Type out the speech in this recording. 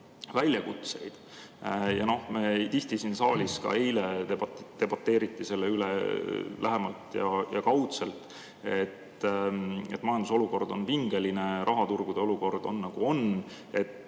väljakutseid, me tihti siin saalis räägime – ka eile debateeriti selle üle lähemalt ja kaudselt –, et majanduse olukord on pingeline, rahaturgude olukord on, nagu on.